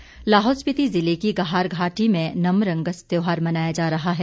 नमरंगस लाहौल स्पिति ज़िले की गाहर घाटी में नमरंगस त्यौहार मनाया जा रहा है